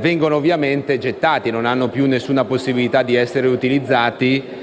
vengono gettati e non hanno più la possibilità di essere utilizzati.